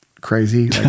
crazy